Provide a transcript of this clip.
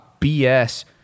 BS